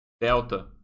Delta